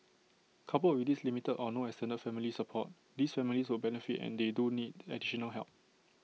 coupled with this limited or no extended family support these families would benefit and they do need additional help